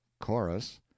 chorus